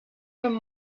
comme